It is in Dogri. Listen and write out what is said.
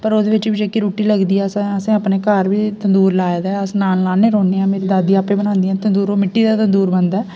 पर ओह्दे बिच्च बी जेह्की रुट्टी लगदी असें असें अपने घर बी तंदूर लाए दा ऐ अस नान लान्ने रौह्ने आं मेरी दादी आपे बनांदिया मिट्टी दा तंदूर बनदा